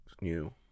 new